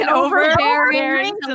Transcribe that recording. overbearing